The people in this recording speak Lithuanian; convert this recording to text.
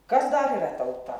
kas dar yra tauta